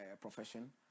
profession